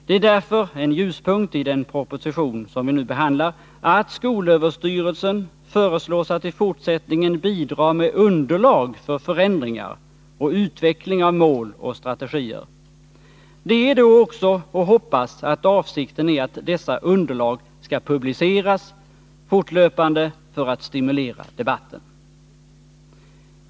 Det är därför en ljuspunkt i den proposition vi nu behandlar att skolöverstyrelsen föreslås att i fortsättningen bidra med underlag för förändringar och utveckling av mål och strategier. Det är då också att hoppas att avsikten är att dessa underlag skall publiceras fortlöpande för att stimulera debatten.